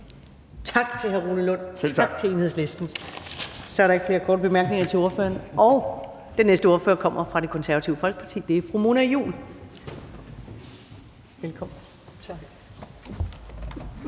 Tak til hr. Rune Lund, tak til Enhedslisten. Så er der ikke flere korte bemærkninger til ordføreren, og den næste ordfører kommer fra Det Konservative Folkeparti. Det er fru Mona Juul. Velkommen. Kl.